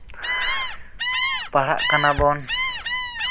ᱯᱟᱲᱦᱟᱜ ᱠᱟᱱᱟ ᱵᱚᱱ